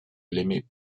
l’aimait